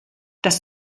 das